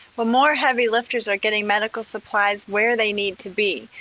well more heavy lifters are getting medical supplies where they need to be.